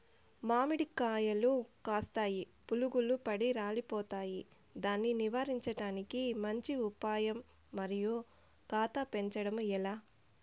మామిడి కాయలు కాస్తాయి పులుగులు పడి రాలిపోతాయి దాన్ని నివారించడానికి మంచి ఉపాయం మరియు కాత పెంచడము ఏలా?